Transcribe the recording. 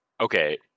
Okay